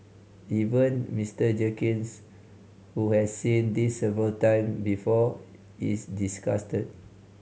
even Mister Jenkins who has seen this several time before is disgusted